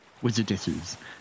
Wizardesses